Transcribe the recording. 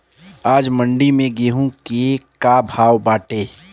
आज मंडी में गेहूँ के का भाव बाटे?